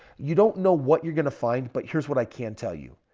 you don't know what you're going to find but here's what i can tell you.